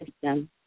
system